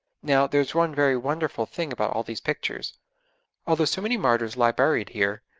now, there is one very wonderful thing about all these pictures although so many martyrs lie buried here,